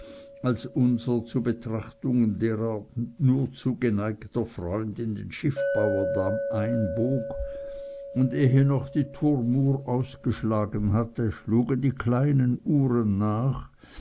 als unser zu betrachtungen der art nur zu geneigter freund in den schiffbauerdamm einbog und ehe noch die turmuhr ausgeschlagen hatte schlugen die kleinen uhren nach